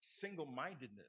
single-mindedness